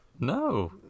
No